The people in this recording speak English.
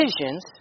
decisions